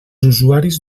usuaris